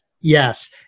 yes